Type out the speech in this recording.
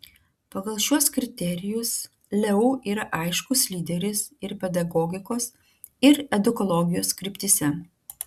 pagal šiuos kriterijus leu yra aiškus lyderis ir pedagogikos ir edukologijos kryptyse